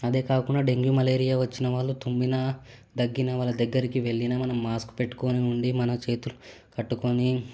అదే కాకుండా dengue malaria వచ్చిన వాళ్ళు తుమ్మినా దగ్గినా వాళ్ళ దగ్గరికి వెళ్ళినా మనం మాస్క్ పెట్టుకోండి మన చేతులు కట్టుకొని